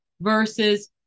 versus